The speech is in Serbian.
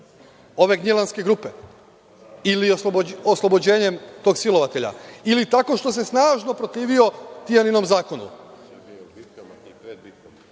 ove Gnjilanske grupe ili oslobođenjem tog silovatelja ili tako što se snažno protivio Tijaninom zakonu. Onda